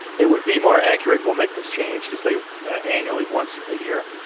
it would be more accurate, and we'll make this change, to say annually, once a year.